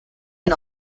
can